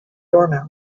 dormouse